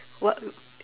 what